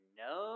no